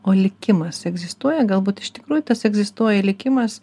o likimas egzistuoja galbūt iš tikrųjų tas egzistuoja likimas